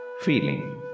feeling